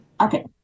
Okay